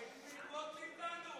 מה עם ללמוד מאיתנו?